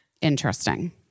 Interesting